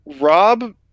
rob